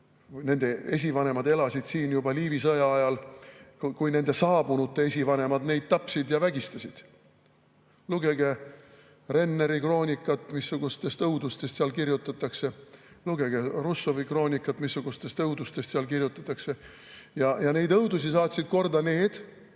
inimeste esivanemad elasid siin juba Liivi sõja ajal, kui nende saabunute esivanemad neid tapsid ja vägistasid. Lugege Renneri kroonikat, missugustest õudustest seal kirjutatakse. Lugege Russowi kroonikat, missugustest õudustest seal kirjutatakse. Neid õudusi saatsid korda [nende